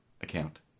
account